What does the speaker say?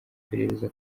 iperereza